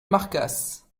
marcasse